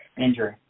Injury